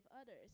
others